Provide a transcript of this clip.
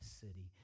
city